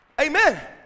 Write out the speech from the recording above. Amen